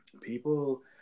people